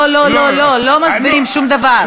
לא לא לא, לא מסבירים שום דבר.